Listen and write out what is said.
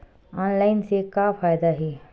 Online से का फ़ायदा हे?